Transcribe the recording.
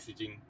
messaging